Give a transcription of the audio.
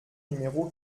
numéro